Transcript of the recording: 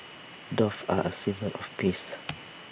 doves are A symbol of peace